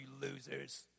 losers